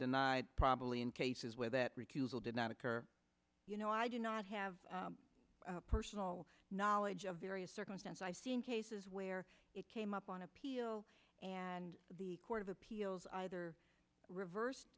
denied probably in cases where that refusal did not occur you know i do not have personal knowledge of various circumstance i see in cases where it came up on appeal and the court of appeals either reverse